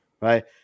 right